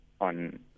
on